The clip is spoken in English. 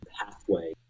pathway